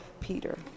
Peter